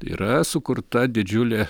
yra sukurta didžiulė